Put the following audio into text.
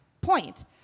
point